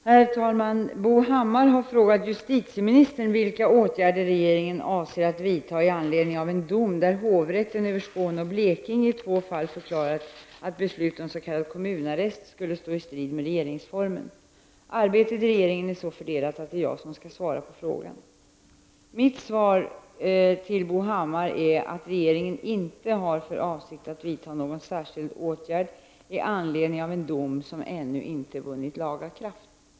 Herr talman! Bo Hammar har frågat justitieministern vilka åtgärder regeringen avser att vidta i anledning av en dom, där hovrätten över Skåne och Blekinge i två fall förklarat att beslut om s.k. kommunarrest skulle stå i strid med regeringsformen. Arbetet i regeringen är så fördelat att det är jag som skall svara på frågan. Mitt svar till Bo Hammar är att regeringen inte har för avsikt att vidta någon särskild åtgärd i anledning av en dom som ännu inte vunnit laga kraft.